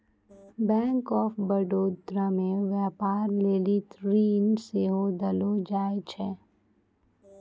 bank of Baroda मे व्यपार लेली ऋण सेहो देलो जाय छै